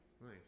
nice